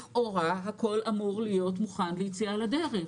לכאורה הכל אמור להיות מוכן ליציאה לדרך.